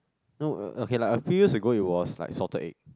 no okay lah a few years ago it was like salted egg